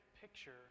picture